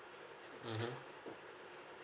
mmhmm